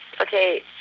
okay